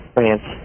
France